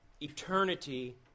eternity